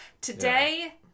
Today